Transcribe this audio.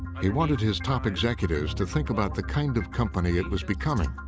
he wanted his top executives to think about the kind of company it was becoming.